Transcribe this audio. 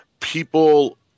People